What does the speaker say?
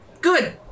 Good